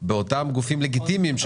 באותם גופים לגיטימיים.